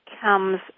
Comes